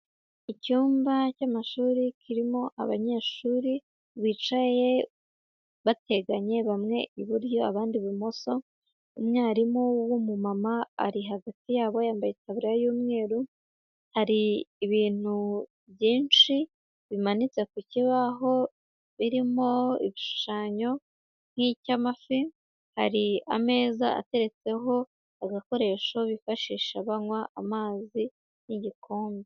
Icyumba cy'amashuri kirimo abanyeshuri, bicaye bateganye bamwe iburyo abandi ibumoso, umwarimu w'umumama ari hagati yabo yambaye itaburiya y'umweru, hari ibintu byinshi bimanitse ku kibaho birimo igishushanyo nk'icy'amafi, hari ameza ateretseho agakoresho bifashisha banywa amazi n'igikombe.